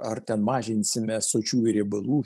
ar ten mažinsime sočiųjų riebalų